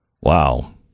Wow